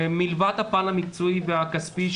מלבד הפן המקצועי והכספי,